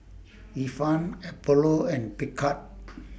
Ifan Apollo and Picard